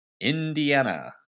Indiana